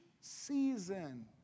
season